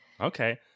Okay